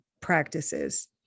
practices